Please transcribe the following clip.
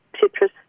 citrus